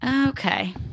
Okay